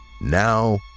Now